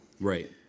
Right